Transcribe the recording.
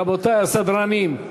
רבותי הסדרנים,